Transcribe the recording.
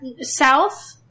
south